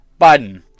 Biden